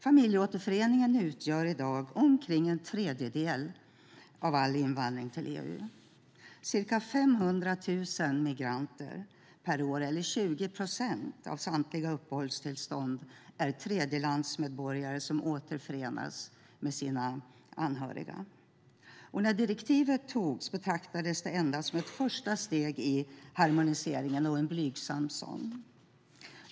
Familjeåterförening utgör i dag omkring en tredjedel av all invandring till EU. Ca 500 000 migranter per år eller ca 20 procent av samtliga uppehållstillstånd gäller tredjelandsmedborgare som återförenas med sina anhöriga. När direktivet antogs betraktades det endast som ett första steg i harmoniseringen och ett blygsam sådant.